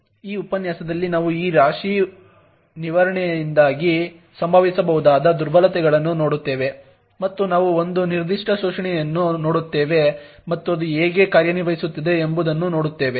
ಈ ಉಪನ್ಯಾಸದಲ್ಲಿ ನಾವು ಈ ರಾಶಿ ನಿರ್ವಹಣೆಯಿಂದಾಗಿ ಸಂಭವಿಸಬಹುದಾದ ದುರ್ಬಲತೆಗಳನ್ನು ನೋಡುತ್ತೇವೆ ಮತ್ತು ನಾವು ಒಂದು ನಿರ್ದಿಷ್ಟ ಶೋಷಣೆಯನ್ನು ನೋಡುತ್ತೇವೆ ಮತ್ತು ಅದು ಹೇಗೆ ಕಾರ್ಯನಿರ್ವಹಿಸುತ್ತದೆ ಎಂಬುದನ್ನು ನೋಡುತ್ತೇವೆ